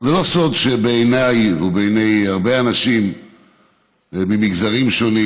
זה לא סוד שבעיניי ובעיני הרבה אנשים ממגזרים שונים